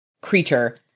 creature